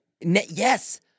Yes